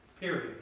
Period